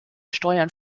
steuern